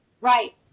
Right